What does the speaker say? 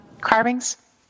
carvings